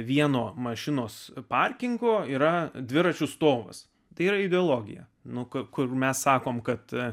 vieno mašinos parkingo yra dviračių stovas tai yra ideologija nu ku kur mes sakome kad